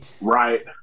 right